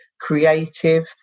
creative